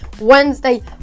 Wednesday